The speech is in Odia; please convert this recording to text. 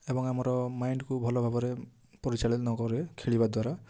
ଏବଂ ଆମର ମାଇଣ୍ଡକୁ ଭଲ ଭାବରେ ପରିଚାଳନ କରେ ଖେଳିବା ଦ୍ୱାରା